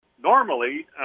Normally